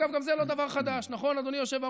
אגב, גם זה לא דבר חדש, נכון, אדוני היושב-ראש?